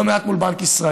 לא מעט מול בנק ישראל.